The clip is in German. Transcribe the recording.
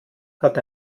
hat